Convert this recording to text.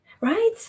Right